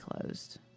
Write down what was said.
closed